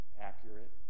accurate